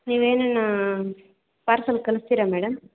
ನೀವೇನುನಾ parcel ಕಳ್ಸ್ತೀರ madam